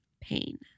pain